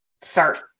start